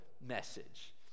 message